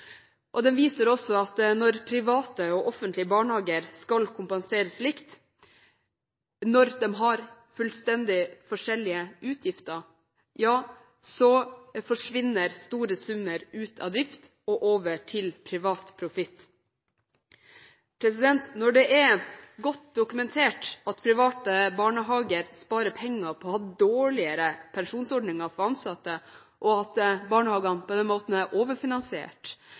dokumentert. Den viser også at når private og offentlige barnehager skal kompenseres likt når de har fullstendig forskjellige utgifter, forsvinner store summer ut av driften og over til privat profitt. Når det er godt dokumentert at private barnehager sparer penger på å ha dårligere pensjonsordninger for ansatte, og at barnehagene på denne måten er overfinansiert,